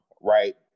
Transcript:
right